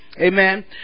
Amen